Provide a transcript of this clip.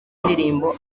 indirimbo